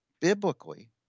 biblically